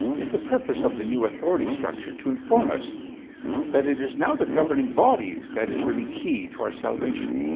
is the purpose of the new authority structure to inform us that it is now the governing body that is really key to our salvation?